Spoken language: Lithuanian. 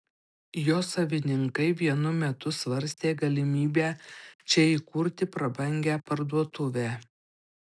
jo savininkai vienu metu svarstė galimybę čia įkurti prabangią parduotuvę